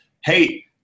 hey